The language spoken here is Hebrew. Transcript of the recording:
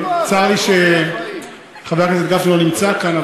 צר לי שחבר הכנסת גפני לא נמצא כאן,